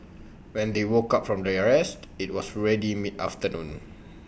when they woke up from their rest IT was already mid afternoon